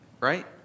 right